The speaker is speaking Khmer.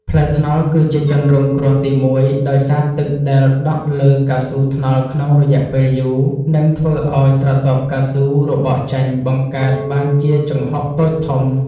ផ្លូវថ្នល់គឺជាជនរងគ្រោះទីមួយ ដោយសារទឹកដែលដក់លើកៅស៊ូថ្នល់ក្នុងរយៈពេលយូរ នឹងធ្វើឱ្យស្រទាប់កៅស៊ូរបកចេញ បង្កើតបានជាជង្ហុកតូចធំ។